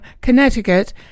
Connecticut